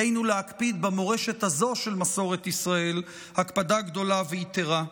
עלינו להקפיד במורשת הזו של מסורת ישראל הקפדה גדולה ויתרה.